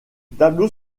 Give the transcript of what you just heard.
tableau